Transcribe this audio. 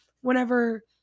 whenever